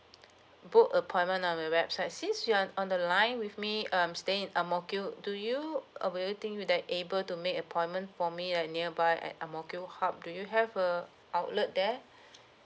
book appointment on the website since you are on the line with me uh I'm staying in ang mo kio do you uh will you think will that able to make appointment for me ah nearby at ang mo kio hub do you have a outlet there